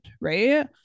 right